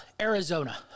Arizona